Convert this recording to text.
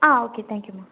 ah okay thank you ma'am